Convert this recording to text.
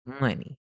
money